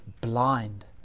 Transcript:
blind